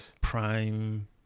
prime